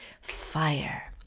Fire